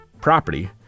property